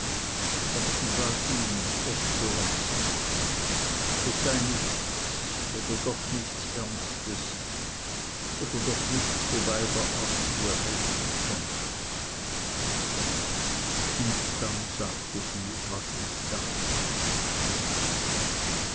aber sie bat ihn es zu lassen es sei nichts oder doch nichts ernstes oder doch nichts wobei der arzt ihr helfen könne und dann sagte sie was es sei